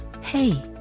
Hey